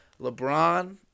LeBron